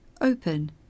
open